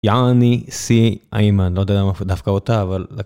יעני, סי, עימן. לא יודע למה דווקא הותה אבל...